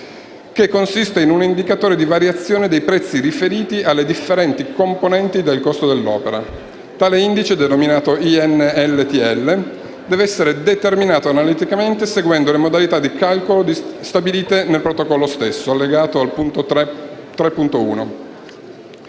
che consiste in un indicatore di variazione dei prezzi riferiti alle differenti componenti del costo dell'opera. Tale indice, denominato INLTL, deve essere determinato analiticamente secondo le modalità di calcolo stabilite nel Protocollo stesso (allegato, punto 3.1).